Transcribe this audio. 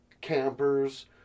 campers